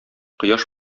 кояш